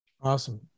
Awesome